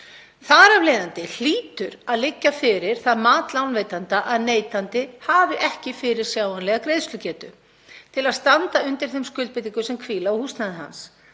Þar af leiðandi hlýtur að liggja fyrir það mat lánveitanda að neytandi hafi ekki fyrirsjáanlega greiðslugetu til að standa undir þeim skuldbindingum sem hvíla á húsnæði hans.